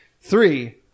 three